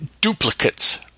duplicates